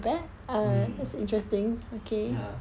mm ya